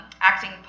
acting